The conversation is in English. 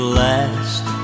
last